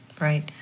Right